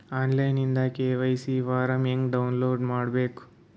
On line ದಿಂದ KYC form download ಹೇಂಗ ಮಾಡಬೇಕು?